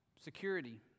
security